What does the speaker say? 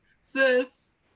sis